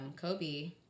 Kobe